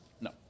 No